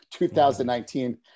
2019